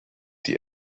die